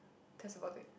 that's about it